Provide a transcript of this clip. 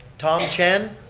tom chen.